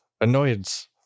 Annoyance